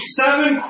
seven